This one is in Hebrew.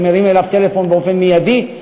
להרים אליו טלפון באופן מיידי,